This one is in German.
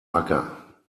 acker